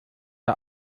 der